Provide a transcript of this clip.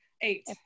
eight